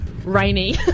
Rainy